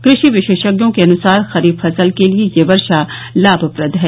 कृषि विशेषज्ञों के अनुसार खरीफ फसल के लिये यह वर्षा लाभप्रद है